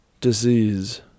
disease